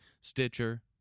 Stitcher